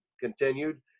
continued